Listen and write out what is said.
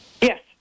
Yes